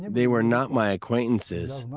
they were not my acquaintances,